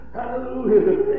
Hallelujah